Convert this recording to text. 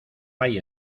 hay